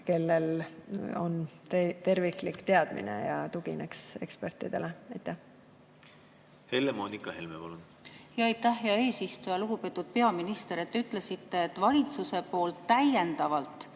kellel on terviklik teadmine, ja tugineks ekspertidele. Helle-Moonika Helme, palun! Aitäh, hea eesistuja! Lugupeetud peaminister! Te ütlesite, et valitsus on täiendavalt